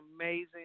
amazing